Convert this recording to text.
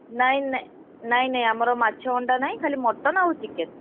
ନାଇଁ ନାଇଁ ନାଇଁ ନାଇଁ ଆମର ମାଛ ଅଣ୍ଡା ନାହିଁ ଖାଲି ମଟନ୍ ଆଉ ଚିକେନ୍